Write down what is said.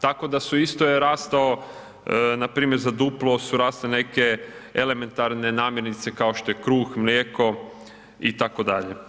Tako da su isto je rastao npr. za duplo su rasle neke elementarne namirnice kao što je kruh, mlijeko itd.